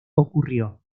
ocurrió